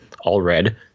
all-red